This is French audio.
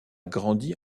grandi